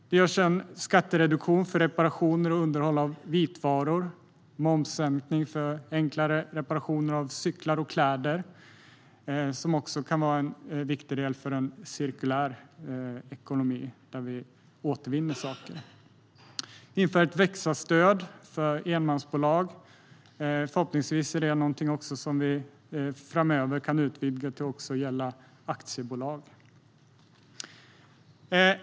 Det görs en skattereduktion för reparationer och underhåll av vitvaror. Det görs en momssänkning för enklare reparationer av cyklar och kläder. Det kan också vara en viktig del för en cirkulär ekonomi där vi återvinner saker. Vi inför ett Växa-stöd för enmansbolag. Förhoppningsvis är det någonting som vi framöver kan utvidga till att också gälla aktiebolag.